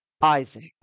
Isaac